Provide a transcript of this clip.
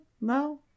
No